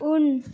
उन